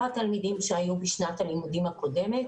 התלמידים שהיו בשנת הלימודים הקודמת